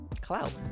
clout